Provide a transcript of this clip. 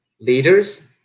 leaders